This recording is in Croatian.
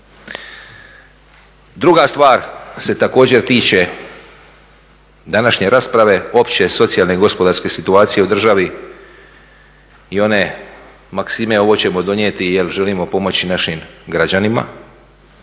Druga stvar se također tiče današnje rasprave opće, socijalne i gospodarske situacije u državi i one maksime ovo ćemo donijeti jel želimo pomoći našim građanima.